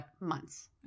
months